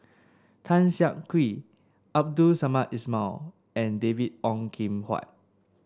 Tan Siak Kew Abdul Samad Ismail and David Ong Kim Huat